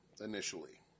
Initially